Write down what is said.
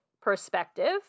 perspective